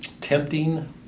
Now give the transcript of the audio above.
Tempting